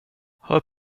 hör